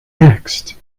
next